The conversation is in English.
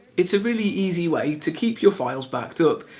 it's a really easy way to keep your files backed up.